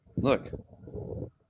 look